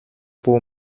pour